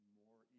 more